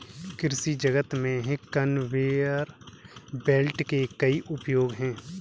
कृषि जगत में कन्वेयर बेल्ट के कई उपयोग हैं